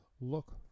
look